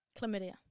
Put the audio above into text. Chlamydia